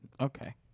okay